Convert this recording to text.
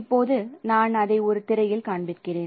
இப்போது நான் அதை ஒரு திரையில் காண்பிக்கிறேன்